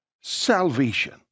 salvation